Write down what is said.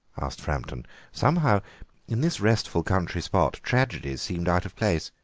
asked framton somehow in this restful country spot tragedies seemed out of place.